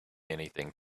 anything